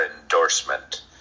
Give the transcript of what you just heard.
endorsement